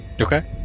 Okay